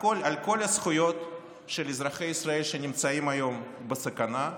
על כל הזכויות של אזרחי ישראל שנמצאות היום בסנה,